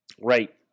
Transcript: Right